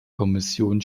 kommission